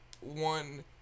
one